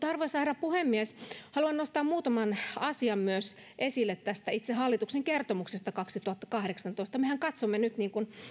arvoisa herra puhemies haluan nostaa muutaman asian myös esille tästä itse hallituksen kertomuksesta kaksituhattakahdeksantoista mehän katsomme nyt niin kuin